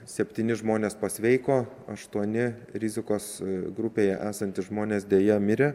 septyni žmonės pasveiko aštuoni rizikos grupėje esantys žmonės deja mirė